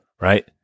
right